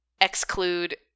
exclude